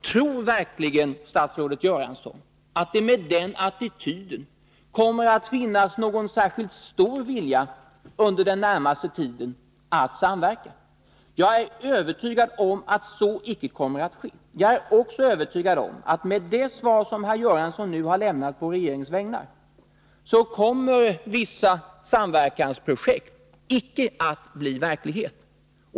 Tror verkligen statsrådet Göransson att det med den attityden kommer att finnas någon särskilt stor vilja under den närmaste tiden att samverka? Jag är övertygad om att så icke kommer att vara fallet. Jag är också övertygad om att efter det svar som herr Göransson nu har lämnat på regeringens vägnar, så kommer vissa samverkansprojekt icke att bli verklighet.